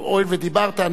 אני נותן לו,